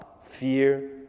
fear